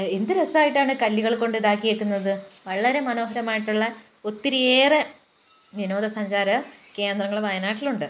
എന്ത് രസായിട്ടാണ് കല്ലുകള് കൊണ്ടു ഇതാക്കിയേക്കുന്നത് വളരെ മനോഹരമായിട്ടുള്ള ഒത്തിരിയേറെ വിനോദസഞ്ചാര കേന്ദ്രങ്ങള് വയനാട്ടിലൊണ്ട്